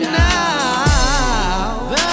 now